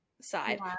side